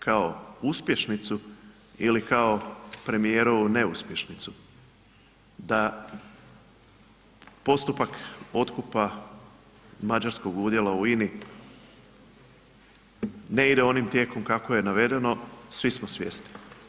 Kao uspješnicu ili kao premijerovu neuspješnicu, da postupak otkupa mađarskog udjela u INA-i ne ide onim tijekom kako je navedeno, svi smo svjesni.